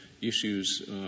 issues